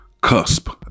cusp